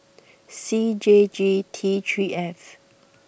C J G T three F